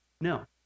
No